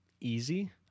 easy